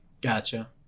Gotcha